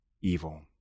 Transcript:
evil